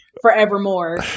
forevermore